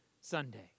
Sunday